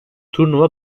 turnuva